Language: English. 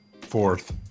Fourth